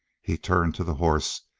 he turned to the horse,